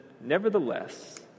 Nevertheless